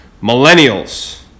millennials